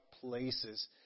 places